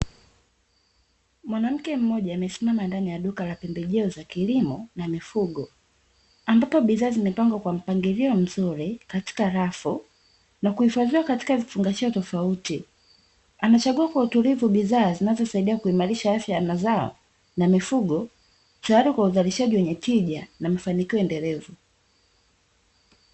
Mwanamke mmoja amesimama ndani ya duka la mbembejeo za kilimo na mifugo, ambapo bidhaa zimepangwa kwa mpangilio mzuri katika rafu, na kuhifadhiwa katika vifungashio tofauti. Anachagua kwa utuliva bidhaa zinazosaidia kuimarisha afya ya mazao, na mifugo tayari kwa uzalishaji wenye tija, na mafanikio endelevu.